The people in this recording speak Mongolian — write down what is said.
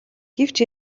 гэвч